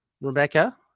Rebecca